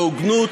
בהוגנות,